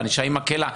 והענישה מקלה.